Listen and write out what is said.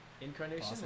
Incarnation